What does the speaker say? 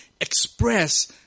express